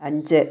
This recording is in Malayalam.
അഞ്ച്